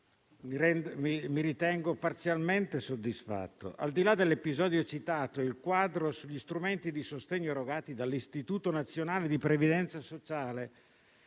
mi ritengo parzialmente soddisfatto. Al di là dell'episodio citato, il quadro sugli strumenti di sostegno erogati dall'Istituto nazionale di previdenza sociale